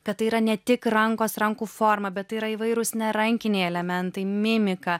kad tai yra ne tik rankos rankų forma bet tai yra įvairūs nerankiniai elementai mimika